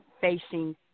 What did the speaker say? facing